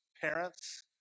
parents